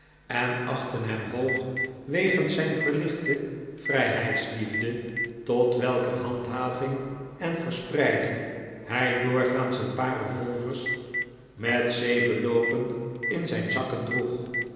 en achtten hem hoog wegens zijn verlichte vrijheidsliefde tot welker handhaving en verspreiding hij doorgaans een paar revolvers met zeven loopen in zijn zakken droeg